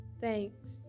thanks